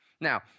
Now